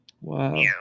wow